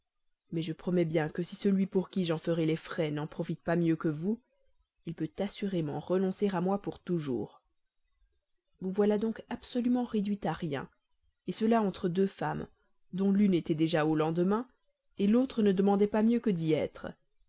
mais je promets bien que si celui pour qui j'en ferai les frais n'en profite pas mieux que vous il peut renoncer à moi pour toujours vous voilà donc absolument réduit à rien cela entre deux femmes dont l'une était déjà au lendemain l'autre ne demandait pas mieux que d'y être